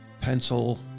pencil